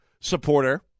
supporter